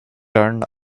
turned